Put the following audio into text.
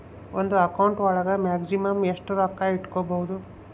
ಒಂದು ಅಕೌಂಟ್ ಒಳಗ ಮ್ಯಾಕ್ಸಿಮಮ್ ಎಷ್ಟು ರೊಕ್ಕ ಇಟ್ಕೋಬಹುದು?